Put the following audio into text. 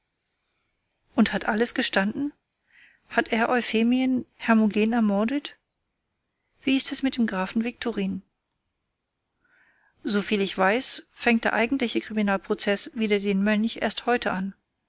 und hat alles gestanden hat er euphemien hermogen ermordet wie ist es mit dem grafen viktorin soviel wie ich weiß fängt der eigentliche kriminalprozeß wider den mönch erst heute an